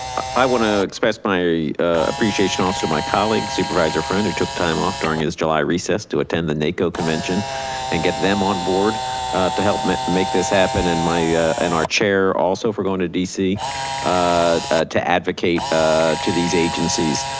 i wanna express my appreciation also to my colleague, supervisor friend who took time off during his july recess to attend the naco convention and get them on board to help me make this happen and and our chair also for going to dc ah to advocate ah to these agencies.